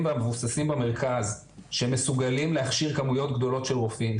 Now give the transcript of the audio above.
והמבוססים במרכז שמסוגלים להכשיר כמויות גדולות של רופאים,